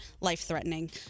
life-threatening